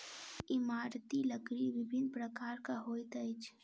इमारती लकड़ी विभिन्न प्रकारक होइत अछि